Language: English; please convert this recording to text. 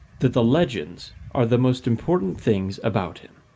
that the legends are the most important things about him.